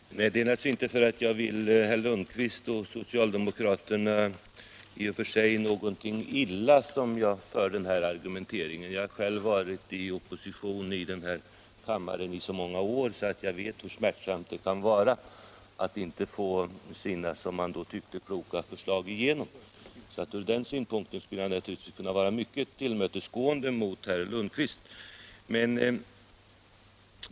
Herr talman! Nej, det är naturligtvis inte för att jag vill herr Lundkvist och socialdemokraterna något illa som jag för den här argumentationen. Jag har själv varit i oppositionsställning i denna kammare under så många år att jag vet hur smärtsamt det kan vara att inte få sina, som man tycker, kloka förslag igenom. Så ur den synpunkten kunde jag naturligtvis vara mycket tillmötesgående mot herr Lundkvist.